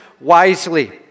wisely